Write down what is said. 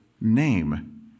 name